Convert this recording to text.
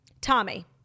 tommy